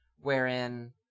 Wherein